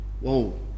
Whoa